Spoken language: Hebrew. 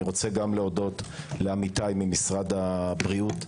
אני רוצה להודות גם לעמיתיי ממשרד הבריאות,